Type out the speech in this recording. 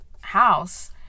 house